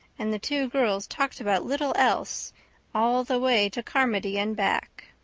and the two girls talked about little else all the way to carmody and back.